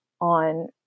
on